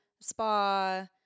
spa